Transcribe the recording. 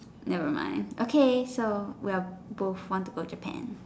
never mind okay so we are both want to go Japan